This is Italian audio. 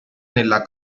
nella